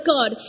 God